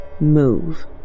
move